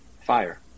fire